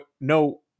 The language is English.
no